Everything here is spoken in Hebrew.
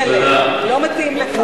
מה אתה מגן עליהם, לא מתאים לך.